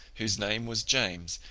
whose name was james,